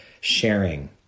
sharing